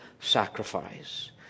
sacrifice